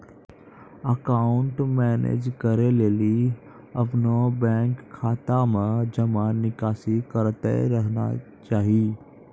account manage करै लेली अपनो बैंक खाता मे जमा निकासी करतें रहना चाहि